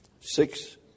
six